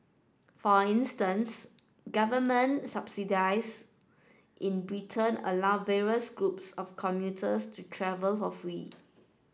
for instance government subsidies in Britain allow various groups of commuters to travel for free